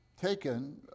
taken